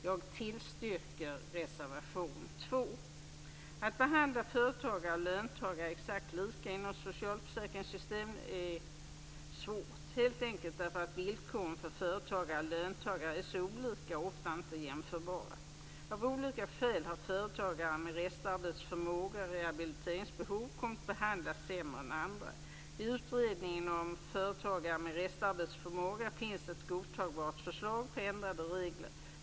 Jag tillstyrker bifall till reservation 2. Att behandla företagare och löntagare exakt lika inom socialförsäkringssystemet är svårt - helt enkelt för att villkoren för företagare och löntagare är så olika och ofta inte jämförbara. Av olika skäl har företagare med restarbetsförmåga och rehabiliteringsbehov kommit att behandlas sämre än andra. I utredningen om företagare med restarbetsförmåga finns ett godtagbart förslag om ändrade regler.